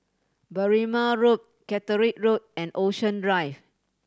Berrima Road Catterick Road and Ocean Drive